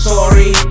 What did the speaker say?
Sorry